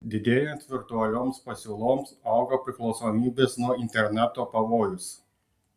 didėjant virtualioms pasiūloms auga priklausomybės nuo interneto pavojus